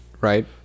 Right